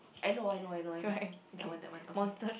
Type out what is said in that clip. I know I know I know I know that one that one okay